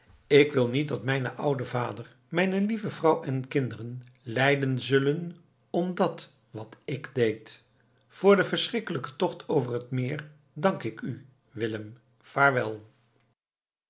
ik wil niet dat mijn oude vader mijne lieve vrouw en kinderen lijden zullen om dat wat ik deed voor den verschrikkelijken tocht over het meer dank ik u willem vaarwel